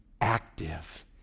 active